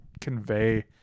convey